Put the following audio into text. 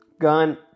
Gun